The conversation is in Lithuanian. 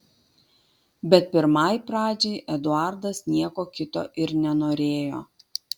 bet pirmai pradžiai eduardas nieko kito ir nenorėjo